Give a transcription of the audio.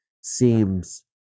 seems